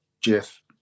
Jeff